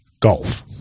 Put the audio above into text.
golf